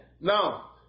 Now